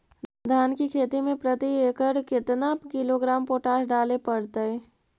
धान की खेती में प्रति एकड़ केतना किलोग्राम पोटास डाले पड़तई?